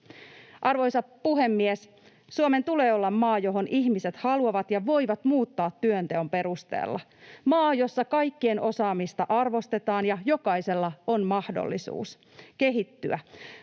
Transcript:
Arvoisa puhemies! Suomen tulee olla maa, johon ihmiset haluavat ja voivat muuttaa työnteon perusteella. Maa, jossa kaikkien osaamista arvostetaan ja jokaisella on mahdollisuus kehittyä.